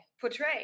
portray